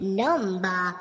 number